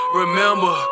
remember